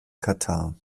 katar